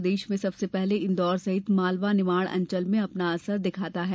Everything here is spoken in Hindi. प्रदेश में सबसे पहले इंदौर सहित मालवा निमाड अंचल में अपना असर दिखाता है